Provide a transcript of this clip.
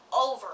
over